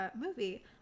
movie